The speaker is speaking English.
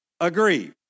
agree